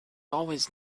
always